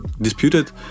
disputed